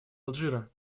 алжира